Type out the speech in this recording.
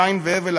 קין והבל,